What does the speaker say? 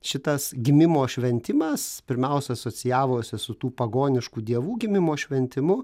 šitas gimimo šventimas pirmiausia asocijavosi su tų pagoniškų dievų gimimo šventimu